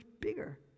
bigger